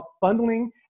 bundling